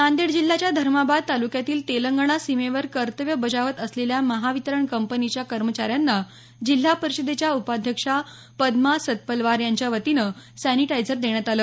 नांदेड जिल्ह्याच्या धर्माबाद तालुक्यातील तेलंगणा सीमेवर कर्तव्य बजावत असलेल्या महावितरण कंपनीच्या कर्मचाऱ्यांना जिल्हा परिषदेच्या उपाध्यक्षा पद्मा सतपलवार यांच्यावतीने सॅनिटायझर देण्यात आलं